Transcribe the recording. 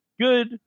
good